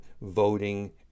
voting